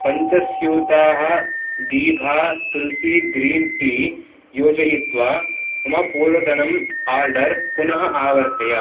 पञ्चस्यूताः दीभा tulsi green tea योजयित्वा मम पूर्वतनम् आर्डर् पुनः आवर्तय